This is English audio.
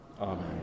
Amen